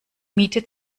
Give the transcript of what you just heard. miete